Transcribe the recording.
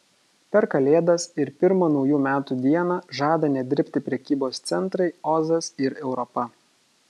per kalėdas ir pirmą naujų metų dieną žada nedirbti prekybos centrai ozas ir europa